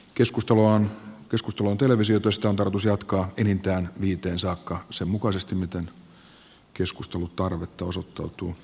keskustelua on televisioitu ja sitä on tarkoitus jatkaa enintään viiteen saakka sen mukaisesti miten keskustelun tarvetta osoittautuu